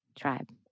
Tribe